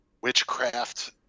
witchcraft